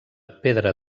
pedra